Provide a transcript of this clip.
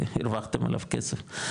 שהרווחתם עליו כסף,